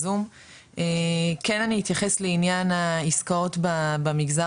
זאת אומרת אין איזה הנחיה לבטל פגישות בזה,